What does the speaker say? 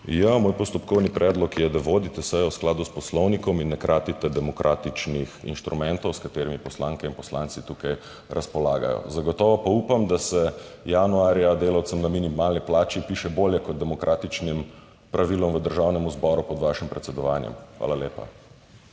Moj postopkovni predlog je, da vodite sejo v skladu s poslovnikom in ne kratite demokratičnih instrumentov, s katerimi poslanke in poslanci tukaj razpolagajo. Zagotovo pa upam, da se januarja delavcem na minimalni plači piše bolje kot demokratičnim pravilom v Državnem zboru pod vašim predsedovanjem. Hvala lepa.